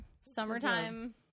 Summertime